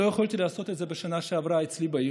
בשנה שעברה לא יכולתי לעשות את זה אצלי בעיר.